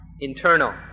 internal